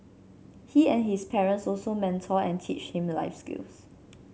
he and his parents also mentor and teach them life skills